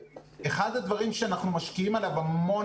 אחד הדברים שאנחנו משקיעים עליו המון